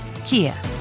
Kia